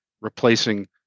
replacing